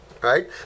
right